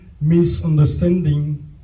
misunderstanding